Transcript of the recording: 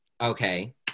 Okay